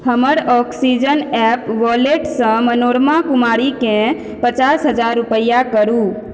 हमर Oxygen app वॉलेटसँ मनोरमा कुमारीके पचास हजार रुपैआ करू